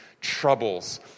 troubles